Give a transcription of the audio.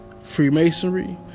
Freemasonry